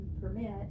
permit